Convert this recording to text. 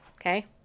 Okay